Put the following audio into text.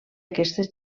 aquestes